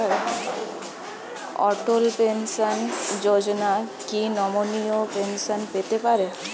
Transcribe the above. অটল pension Yojana কি নমনীয় pension পেতে পারে?